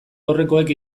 aurrekoek